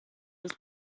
was